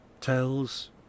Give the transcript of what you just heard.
tells